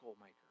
Maker